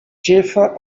ĉefa